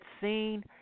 seen